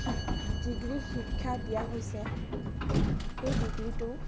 degree শিক্ষা দিয়া হৈছে সেই ডিগ্ৰীটো